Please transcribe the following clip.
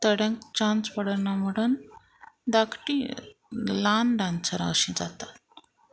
थोड्यांक चान्स पडना म्हणोन धाकटी ल्हान डांसरां अशीं जातात